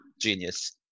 genius